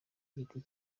giti